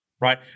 right